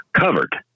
covered